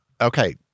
okay